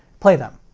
play them.